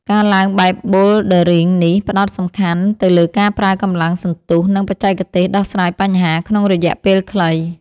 ការឡើងបែបប៊ូលឌើរីងនេះ ផ្ដោតសំខាន់ទៅលើការប្រើកម្លាំងសន្ទុះ និងបច្ចេកទេសដោះស្រាយបញ្ហាក្នុងរយៈពេលខ្លី។